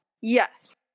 Yes